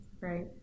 Right